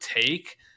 take